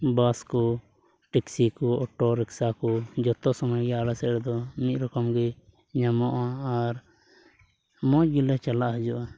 ᱵᱟᱥ ᱠᱚ ᱴᱮᱠᱥᱤ ᱠᱚ auto rickshaw ᱠᱚ ᱡᱚᱛᱚ ᱥᱚᱢᱚᱭ ᱜᱮ ᱟᱞᱮ ᱥᱮᱫ ᱨᱮᱫᱚ ᱢᱤᱫ ᱥᱚᱢᱚᱭ ᱜᱮ ᱧᱟᱢᱚᱜᱼᱟ ᱟᱨ ᱢᱚᱡᱽ ᱜᱮᱞᱮ ᱪᱟᱞᱟᱜ ᱦᱤᱡᱩᱜᱼᱟ